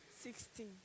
Sixteen